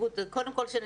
קודם כל,